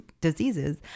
diseases